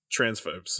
transphobes